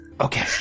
Okay